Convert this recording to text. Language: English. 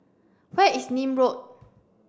where is Nim Road